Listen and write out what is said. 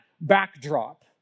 backdrop